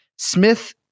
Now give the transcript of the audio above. Smith